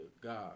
God